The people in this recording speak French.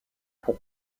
pour